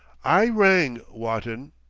i rang, wotton.